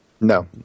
No